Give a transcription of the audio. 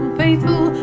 faithful